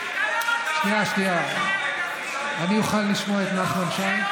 שנייה, אני יכול לשמוע את נחמן שי?